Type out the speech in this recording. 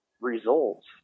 results